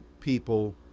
people